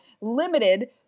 limited